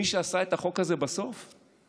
מי שעשה בסוף את החוק הזה זאת האופוזיציה.